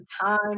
time